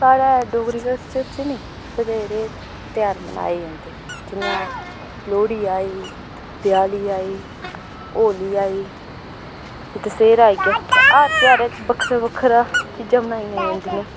साढ़ै डोगरी कल्चर च नी बत्थेरे ध्यार मनाए जंदे न जियां लोह्ड़ी आई देआली आई होली आई दशैहरा आई गेआ हर इक ध्यार बक्खरा बक्खरा चीज़ां मनाई जंदियां